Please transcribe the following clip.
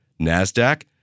NASDAQ